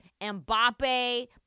Mbappe